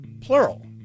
plural